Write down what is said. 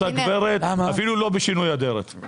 אותה גברת אפילו לא בשינוי אדרת.